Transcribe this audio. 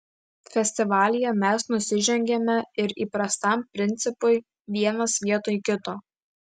festivalyje mes nusižengiame ir įprastam principui vienas vietoj kito